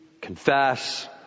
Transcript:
confess